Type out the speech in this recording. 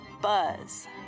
Buzz